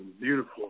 beautiful